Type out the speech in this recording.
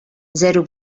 zero